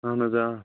اہن حظ آ